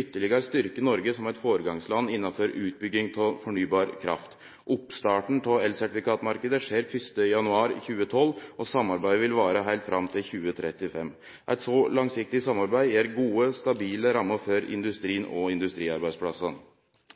ytterlegare styrkje Noreg som eit føregangsland innan utbygging av fornybar kraft. Oppstarten av elsertifikatmarknaden skjer 1. januar 2012, og samarbeidet vil vare heilt fram til 2035. Eit så langsiktig samarbeid gir gode, stabile rammer for industrien og industriarbeidsplassane.